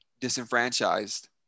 disenfranchised